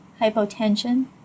hypotension